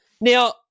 now